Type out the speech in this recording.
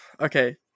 Okay